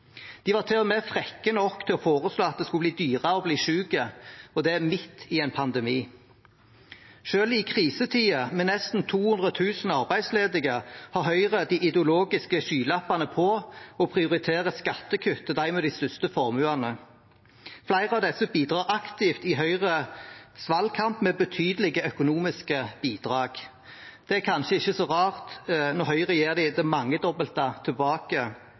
De var til og med frekke nok til å foreslå at det skulle bli dyrere å bli syk – midt i en pandemi. Selv i krisetider, med nesten 200 000 arbeidsledige, har Høyre de ideologiske skylappene på og prioriterer skattekutt til dem med de største formuene. Flere av disse bidrar aktivt i Høyres valgkamp med betydelige økonomiske bidrag. Det er kanskje ikke så rart når Høyre gir dem det mangedobbelte tilbake